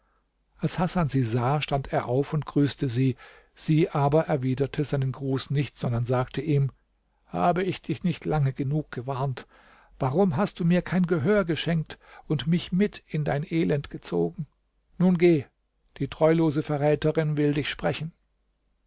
als hasan sie sah stand er auf und grüßte sie sie aber erwiderte seinen gruß nicht sondern sagte ihm habe ich dich nicht lange genug gewarnt warum hast du mir kein gehör geschenkt und mich mit in dein elend gezogen nun geh die treulose verräterin will dich sprechen